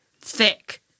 thick